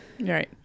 right